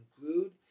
include